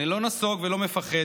אני לא נסוג ולא מפחד,